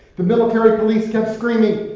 the military police kept screaming,